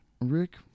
Rick